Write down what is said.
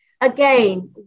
Again